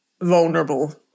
vulnerable